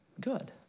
good